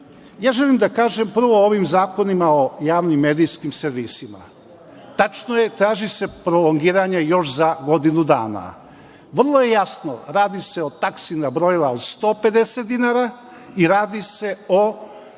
želim da kažem prvo o ovim zakonima o javnim medijskim servisima. Tačno je, traži se prolongiranje još za godinu dana. Vrlo je jasno, radi se o taksi na brojila od 150 dinara i radi se o